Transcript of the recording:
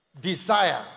desire